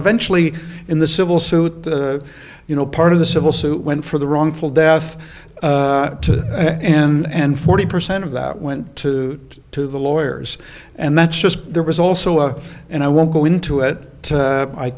eventually in the civil suit the you know part of the civil suit went for the wrongful death and forty percent of that went to to the lawyers and that's just there was also a and i won't go into it